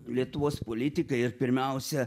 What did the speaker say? lietuvos politikai ir pirmiausia